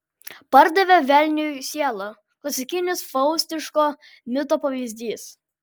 pardavė velniui sielą klasikinis faustiško mito pavyzdys